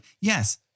yes